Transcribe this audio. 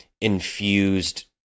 infused